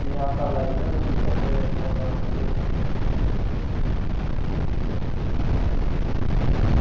ठीक ऐ हां कल आइयै निं तुस दिक्खी लैगे ते आनियै दमैं चलगे उत्थै